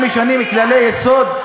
אתם משנים כללי יסוד?